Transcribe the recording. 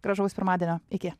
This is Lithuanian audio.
gražaus pirmadienio iki